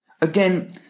Again